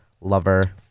lover